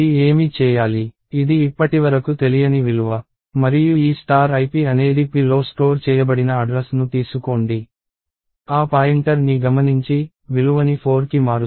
ఇది ఇప్పటివరకు తెలియని విలువ మరియు ఈ ip అనేది pలో స్టోర్ చేయబడిన అడ్రస్ ను తీసుకోండి ఆ పాయింటర్ని గమనించి విలువని 4కి మారుస్తుంది